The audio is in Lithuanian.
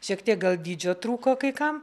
šiek tiek gal dydžio trūko kai kam